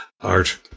art